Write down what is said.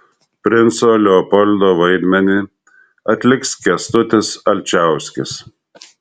princo leopoldo vaidmenį atliks kęstutis alčauskis